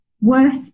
worth